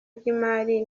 ry’imari